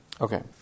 Okay